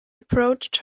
approached